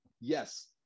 Yes